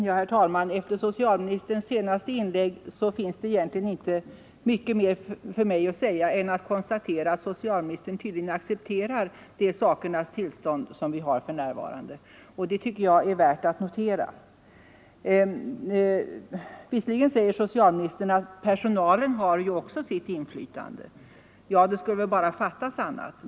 Herr talman! Efter socialministerns senaste inlägg finns det egentligen inte mycket mer för mig att säga än att jag konstaterar att socialministern tydligen accepterar det sakernas tillstånd som vi har för närvarande. Det tycker jag är värt att notera. Visserligen säger socialministern att personalen också har inflytande. Ja, det skulle väl bara fattas annat!